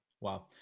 Wow